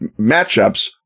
matchups